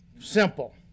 Simple